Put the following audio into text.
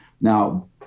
Now